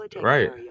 Right